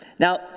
Now